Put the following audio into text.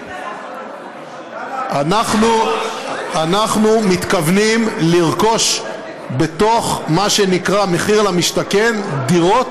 אנחנו מתכוונים לרכוש בתוך מה שנקרא מחיר למשתכן דירות